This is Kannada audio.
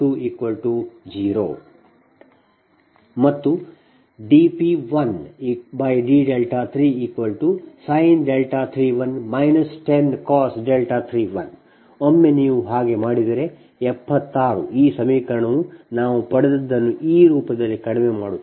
0 ಮತ್ತು dP1d3sin 31 10cos 31 ಒಮ್ಮೆ ನೀವು ಹಾಗೆ ಮಾಡಿದರೆ 76 ಈ ಸಮೀಕರಣವು ನಾವು ಪಡೆದದ್ದನ್ನು ಈ ರೂಪದಲ್ಲಿ ಕಡಿಮೆ ಮಾಡುತ್ತದೆ